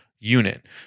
unit